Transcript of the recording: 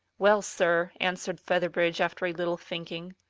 well, sir, answered featherbridge, after a little thinking,